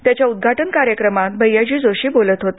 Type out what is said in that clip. त्याच्या उद्घाटन कार्यक्रमात भैयाजी जोशी बोलत होते